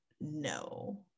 no